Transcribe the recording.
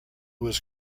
was